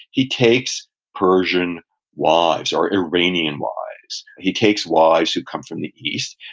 he takes persian wives, or iranian wives. he takes wives who come from the east.